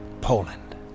Poland